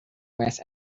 west